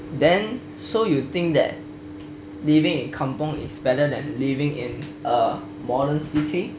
then so you think that living in kampung is better than living in a modern city